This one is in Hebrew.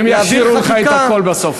הם יעבירו אתך את הכול בסוף,